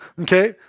okay